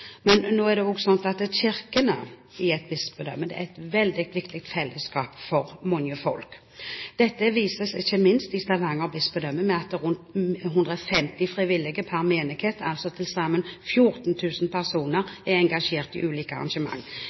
at kirkene skal betjenes. Men kirkene i et bispedømme utgjør et veldig viktig fellesskap for mange folk. Dette vises ikke minst i Stavanger bispedømme, ved at det er ca. 150 frivillige per menighet. Til sammen 14 000 personer er engasjert i ulike